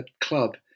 club